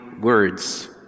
words